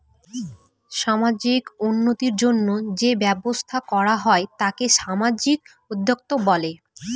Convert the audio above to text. সামাজিক উন্নতির জন্য যেই ব্যবসা করা হয় তাকে সামাজিক উদ্যোক্তা বলে